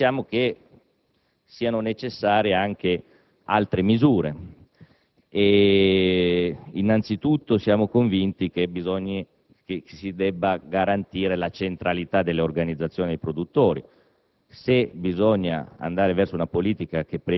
Detto questo, pensiamo siano necessarie anche altre misure. Innanzitutto, siamo convinti che si debba garantire la centralità delle organizzazioni dei produttori.